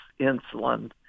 insulin